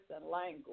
language